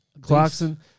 clarkson